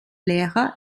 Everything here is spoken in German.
lehrer